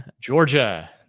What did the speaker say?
Georgia